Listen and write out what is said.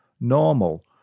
normal